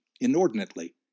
inordinately